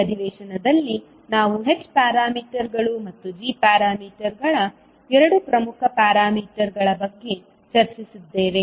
ಈ ಅಧಿವೇಶನದಲ್ಲಿ ನಾವು h ಪ್ಯಾರಾಮೀಟರ್ಗಳು ಮತ್ತು g ಪ್ಯಾರಾಮೀಟರ್ಗಳ ಎರಡು ಪ್ರಮುಖ ಪ್ಯಾರಾಮೀಟರ್ಗಳ ಬಗ್ಗೆ ಚರ್ಚಿಸಿದ್ದೇವೆ